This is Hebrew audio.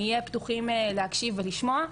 נהיה פתוחים להקשיב ולשמוע,